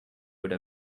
would